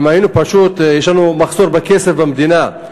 פשוט יש לנו מחסור בכסף במדינה,